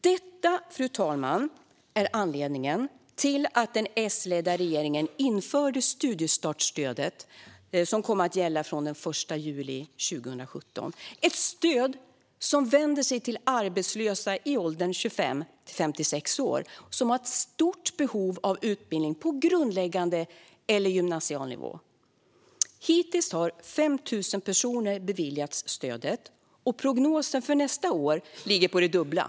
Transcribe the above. Detta, fru talman, är anledningen till att den S-ledda regeringen införde studiestartsstödet som kom att gälla från den 1 juli 2017. Det är ett stöd som vänder sig till arbetslösa i åldern 25-56 år som har ett stort behov av utbildning på grundläggande eller gymnasial nivå. Hittills har 5 000 personer beviljats stödet, och prognosen för nästa år ligger på det dubbla.